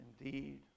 indeed